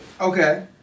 Okay